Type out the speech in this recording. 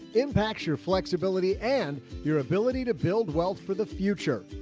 impacts your flexibility and your ability to build wealth for the future.